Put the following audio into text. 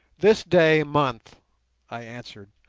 this day month i answered,